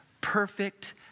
perfect